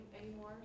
anymore